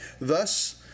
Thus